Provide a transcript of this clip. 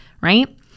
right